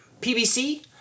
PBC